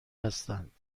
هستند